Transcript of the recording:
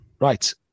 right